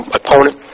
opponent